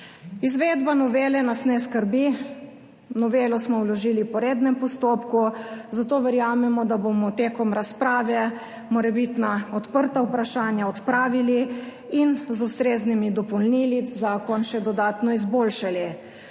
Izvedba novele nas ne skrbi, novelo smo vložili po rednem postopku, zato verjamemo, da bomo med razpravo morebitna odprta vprašanja odpravili in z ustreznimi dopolnili zakon še dodatno izboljšali.